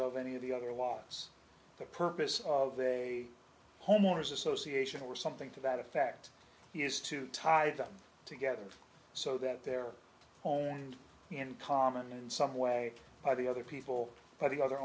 of any of the other laws the purpose of a homeowner's association or something to that effect is to tie them together so that their own in common in some way by the other people by the other